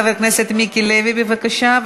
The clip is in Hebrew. חבר הכנסת מיקי לוי, בבקשה.